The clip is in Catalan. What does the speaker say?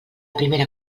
primera